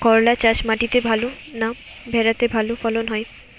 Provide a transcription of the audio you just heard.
করলা চাষ মাটিতে ভালো না ভেরাতে ভালো ফলন হয়?